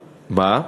מה?